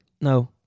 No